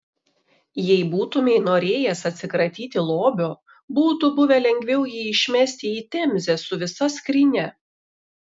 jei būtumei norėjęs atsikratyti lobio būtų buvę lengviau jį išmesti į temzę su visa skrynia